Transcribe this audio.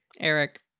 Eric